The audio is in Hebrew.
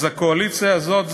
אז הקואליציה הזאת,